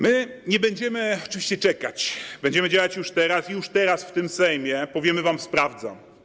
My nie będziemy oczywiście czekać, będziemy działać już teraz, już teraz, w tym Sejmie, powiemy wam: sprawdzam.